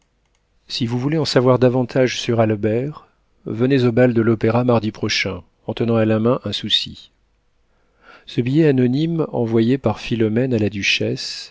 si vous voulez en savoir davantage sur albert venez au bal de l'opéra mardi prochain en tenant à la main un souci ce billet anonyme envoyé par philomène à la duchesse